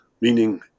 meaning